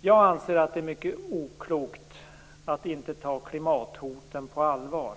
Jag anser det vara mycket oklokt att inte ta klimathotet på allvar.